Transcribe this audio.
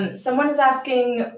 and someone is asking,